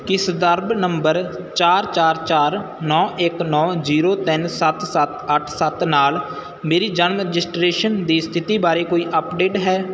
ਕੀ ਸੰਦਰਭ ਨੰਬਰ ਚਾਰ ਚਾਰ ਚਾਰ ਨੌਂ ਇੱਕ ਨੌਂ ਜੀਰੋ ਤਿੰਨ ਸੱਤ ਸੱਤ ਅੱਠ ਸੱਤ ਨਾਲ ਮੇਰੀ ਜਨਮ ਰਜਿਸਟ੍ਰੇਸ਼ਨ ਦੀ ਸਥਿਤੀ ਬਾਰੇ ਕੋਈ ਅਪਡੇਟ ਹੈ